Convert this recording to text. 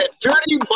dirty